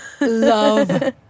love